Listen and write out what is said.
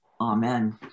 amen